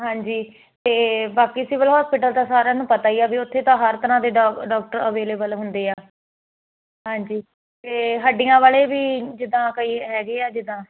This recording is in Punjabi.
ਹਾਂਜੀ ਤੇ ਬਾਕੀ ਸਿਵਲ ਹੋਸਪਿਟਲ ਤਾਂ ਸਾਰਿਆਂ ਨੂੰ ਪਤਾ ਹੀ ਆ ਵੀ ਉੱਥੇ ਤਾਂ ਹਰ ਤਰ੍ਹਾਂ ਦੇ ਡਾਕਟਰ ਅਵੇਲੇਬਲ ਹੁੰਦੇ ਆ ਹਾਂਜੀ ਤੇ ਹੱਡੀਆਂ ਵਾਲੇ ਵੀ ਜਿੱਦਾਂ ਕਈ ਹੈਗੇ ਆ ਜਿੱਦਾਂ